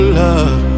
love